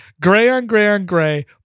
Gray-on-gray-on-gray